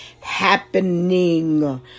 happening